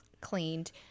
cleaned